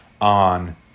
on